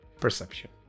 perception